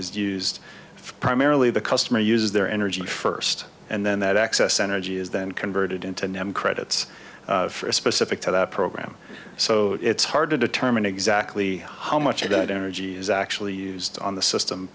is used for primarily the customer uses their energy first and then that excess energy is then converted into nam credits for specific to that program so it's hard to determine exactly how much of that energy is actually used on the system